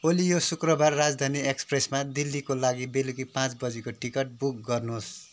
ओली याे शुक्रबार राजधानी एक्सप्रेसमा दिल्लीको लागि बेलुकी पाँच बजीको टिकट बुक गर्नुहोस्